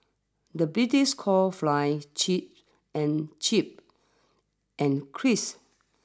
the British call fly chip and chip and crisps